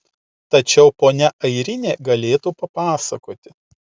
tačiau ponia airinė galėtų papasakoti